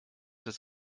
des